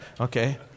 Okay